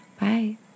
Bye